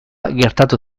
gertatu